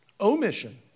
Omission